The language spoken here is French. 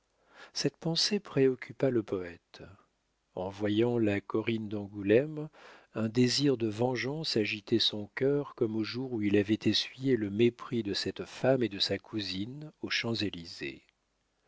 cette pensée préoccupa le poète en voyant la corinne d'angoulême un désir de vengeance agitait son cœur comme au jour où il avait essuyé le mépris de cette femme et de sa cousine aux champs-élysées